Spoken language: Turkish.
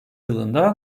yılında